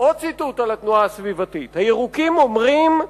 על התנועה הסביבתית: "הירוקים אומרים,